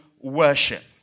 worship